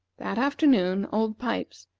that afternoon, old pipes,